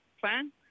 plan